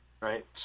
right